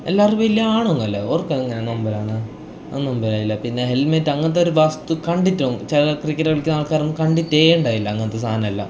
എല്ലാവരും വലിയ ആളൊന്നുമല്ല ഓർക്ക് അങ്ങനെയാണ് നൊമ്പലാണ് ഒന്നും പേയില്ല പിന്നെ ഹെൽമെറ്റ് അങ്ങനത്തെ ഒരു വസ്തു കണ്ടിട്ടോ ചില ക്രിക്കറ്റ് കളിക്കുന്ന ആൾക്കാരൊന്നും കണ്ടിട്ടേ ഉണ്ടാവില്ല അങ്ങനത്തെ സാധനം എല്ലാം